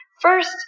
First